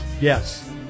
Yes